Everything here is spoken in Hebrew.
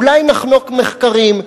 אולי נחנוק מחקרים.